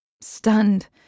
Stunned